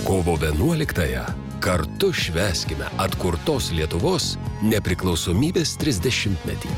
kovo vienuoliktąją kartu švęskime atkurtos lietuvos nepriklausomybės trisdešimtmetį